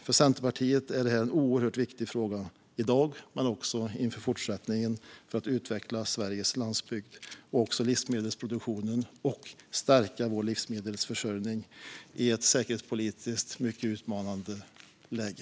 För Centerpartiet är detta en oerhört viktig fråga, såväl i dag som i fortsättningen, när det gäller utvecklingen av Sveriges landsbygd och livsmedelsproduktionen. Det handlar om att stärka vår livsmedelsförsörjning i ett säkerhetspolitiskt mycket utmanande läge.